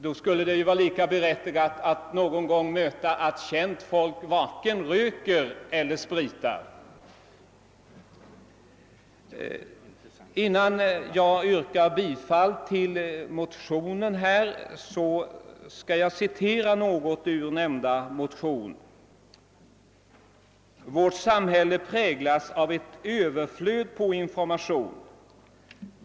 Det skulle vara lika berättigat att någon gång få läsa att känt folk varken röker eller dricker sprit. Innan jag yrkar bifall till de aktuella likalydande motionerna skall jag citera några rader ur dem: » Vårt samhälle präglas av ett överflöd på information.